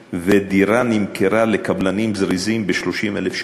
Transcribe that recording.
ודירה נמכרה לקבלנים זריזים ב-30,000 שקלים.